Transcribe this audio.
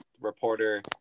reporter